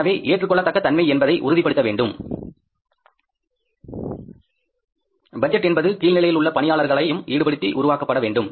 எனவே ஏற்றுக்கொள்ளத்தக்க தன்மை என்பதை உறுதிப்படுத்த வேண்டும் பட்ஜெட் என்பது கீழ்நிலையில் உள்ள பணியாளர்களையும் ஈடுபடுத்தி உருவாக்கப்பட வேண்டும்